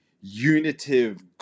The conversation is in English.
unitive